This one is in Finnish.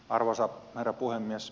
arvoisa herra puhemies